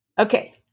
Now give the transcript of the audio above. Okay